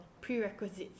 Prerequisites